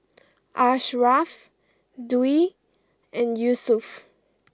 Ashraff Dwi and Yusuf